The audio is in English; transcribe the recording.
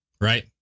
right